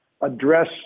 address